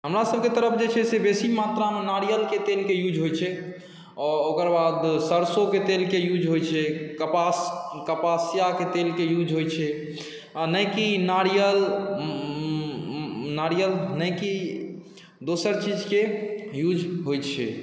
हमरासबके तरफ जे छै बेसी मात्रामे नारिअरके तेलके यूज होइ छै आओर ओकरबाद सरिसोके तेलके यूज होइ छै कपास कपास्याके तेलके यूज होइ छै आओर नहि कि नारिअर नारिअर नहि कि दोसर चीजके यूज होइ छै